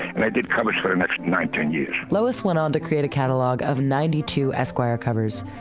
and i did covers for the next nineteen years. lois went on to create a catalog of ninety two esquire covers.